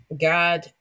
God